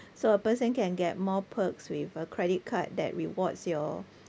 so a person can get more perks with a credit card that rewards your